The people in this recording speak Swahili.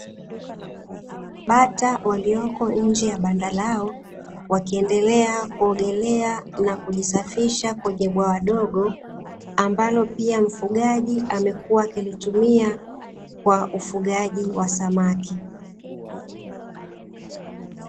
Bata walioko nje ya banda lao wakiendelea kuogelea na kujisafisha kwenye bwawa dogo ambalo pia mfugaji amekuwa akilitumia kwa ufugaji wa samaki